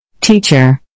Teacher